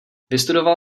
vystudoval